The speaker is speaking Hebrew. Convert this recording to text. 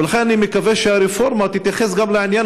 לכן אני מקווה שהרפורמה תתייחס גם לעניין